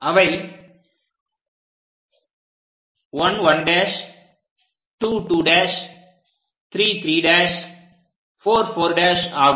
அவை 1 1' 2 2' 3 3' 4 4' ஆகும்